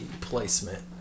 placement